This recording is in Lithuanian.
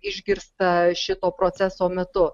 išgirsta šito proceso metu